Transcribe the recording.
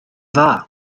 dda